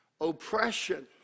oppression